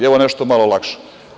Evo nešto malo lakše.